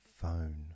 phone